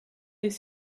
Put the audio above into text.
des